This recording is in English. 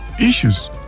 issues